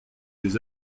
des